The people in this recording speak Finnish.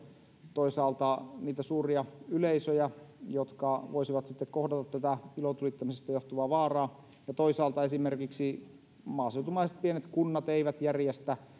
toisaalta niitä suuria yleisöjä jotka voisivat sitten kohdata tätä ilotulittamisesta johtuvaa vaaraa ja toisaalta esimerkiksi maaseutumaiset pienet kunnat eivät järjestä